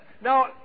Now